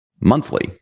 monthly